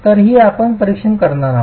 तर ही आपण परीक्षण करणार आहोत